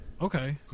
Okay